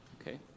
Okay